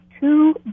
two